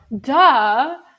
duh